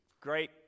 great